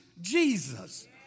Jesus